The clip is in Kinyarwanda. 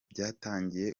byatangiye